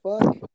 fuck